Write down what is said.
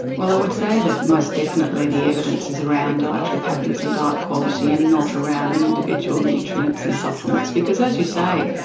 well, i would say that most definitely the evidence is around dietary patterns and diet quality and not around the individual nutrients and supplements because, as you say,